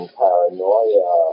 paranoia